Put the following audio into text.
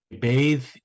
bathe